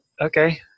okay